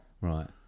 Right